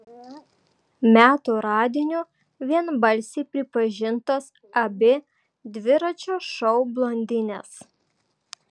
metų radiniu vienbalsiai pripažintos abi dviračio šou blondinės